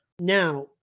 Now